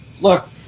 look